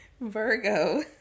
virgo